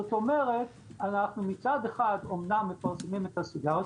מצד אחד אמנם אנחנו מפרסמים את הסיגריות,